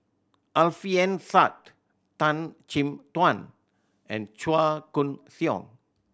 Alfian Sa'at Tan Chin Tuan and Chua Koon Siong